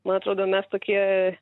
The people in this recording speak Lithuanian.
man atrodo mes tokie